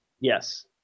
Yes